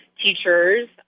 teachers